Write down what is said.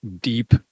deep